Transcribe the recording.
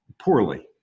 poorly